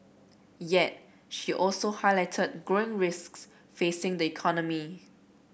yet she also highlighted growing risks facing the economy